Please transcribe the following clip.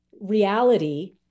reality